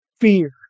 fear